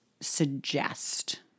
suggest